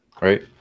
right